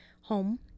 home